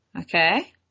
Okay